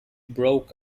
broke